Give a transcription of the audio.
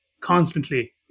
constantly